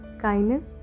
kindness